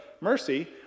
mercy